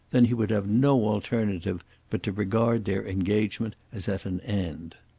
then he would have no alternative but to regard their engagement as at an end.